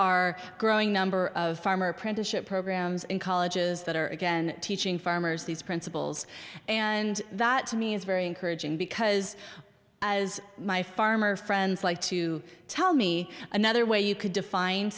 a growing number of farmer apprenticeship programs in colleges that are again teaching farmers these principles and that to me is very encouraging because as my farmer friends like to tell me another way you could define